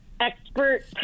expert